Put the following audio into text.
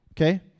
okay